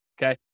Okay